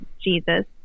Jesus